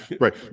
Right